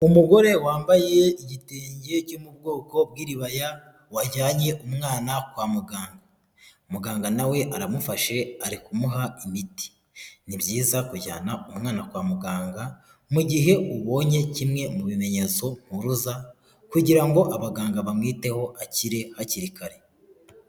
Umugore wambaye igitenge cyo mu bwoko bw'iribaya wajyanye umwana kwa muganga, muganga nawe aramufashe ari kumuha imiti, ni byiza kujyana umwana kwa muganga mu gihe ubonye kimwe mu bimenyetso mpuruza kugira ngo abaganga bamwiteho akire hakiri kare.